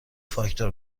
فاکتور